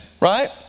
right